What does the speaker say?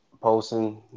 posting